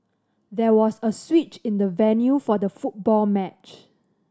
there was a switch in the venue for the football match